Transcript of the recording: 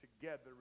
together